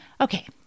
okay